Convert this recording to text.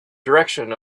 direction